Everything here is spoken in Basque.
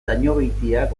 dañobeitiak